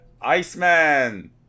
Iceman